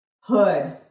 hood